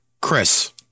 Chris